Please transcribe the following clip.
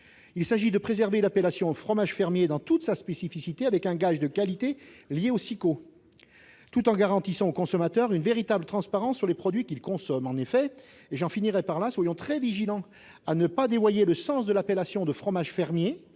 Il s'agit de préserver l'appellation « fromages fermiers » dans toute sa spécificité, avec un gage de qualité lié aux SIQO, tout en garantissant aux consommateurs une véritable transparence sur les produits qu'ils consomment. En effet, soyons très vigilants à ne pas dévoyer le sens de l'appellation « fromage fermier ».